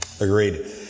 Agreed